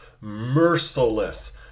merciless